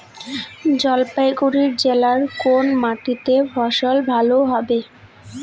জলপাইগুড়ি জেলায় কোন মাটিতে ফসল ভালো হবে?